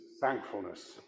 thankfulness